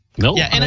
No